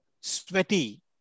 sweaty